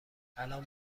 الان